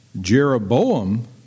Jeroboam